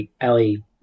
Ellie